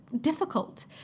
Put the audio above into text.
difficult